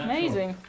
Amazing